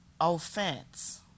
offense